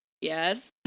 yes